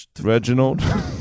Reginald